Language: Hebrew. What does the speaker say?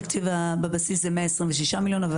התקציב בבסיס הוא 126 מיליון שקל,